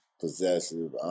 possessive